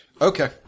Okay